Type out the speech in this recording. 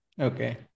Okay